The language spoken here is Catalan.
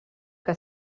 que